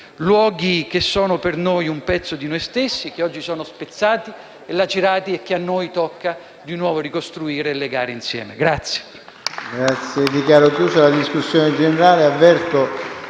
Luoghi che sono un pezzo di noi stessi, oggi spezzati e lacerati, e che a noi tocca di nuovo ricostruire e legare insieme.